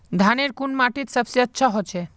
धानेर कुन माटित सबसे अच्छा होचे?